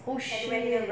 oh shit